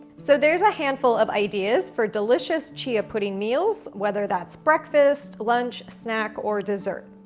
so, there's a handful of ideas for delicious chia pudding meals, whether that's breakfast, lunch, snack, or dessert.